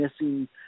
missing